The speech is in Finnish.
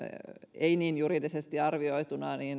ei niin juridisesti arvioituna